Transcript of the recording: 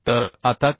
तर आता के